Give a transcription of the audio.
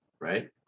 right